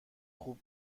خوب